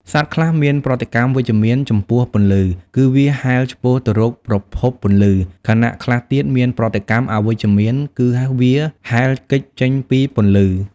សត្វខ្លះមានប្រតិកម្មវិជ្ជមានចំពោះពន្លឺ គឺវាហែលឆ្ពោះទៅរកប្រភពពន្លឺ ខណៈខ្លះទៀតមានប្រតិកម្មអវិជ្ជមាន គឺវាហែលគេចចេញពីពន្លឺ។